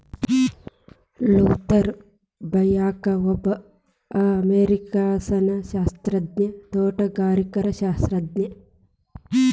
Luther ಬರ್ಬ್ಯಾಂಕ್ಒಬ್ಬ ಅಮೇರಿಕನ್ಸಸ್ಯಶಾಸ್ತ್ರಜ್ಞ, ತೋಟಗಾರಿಕಾಶಾಸ್ತ್ರಜ್ಞ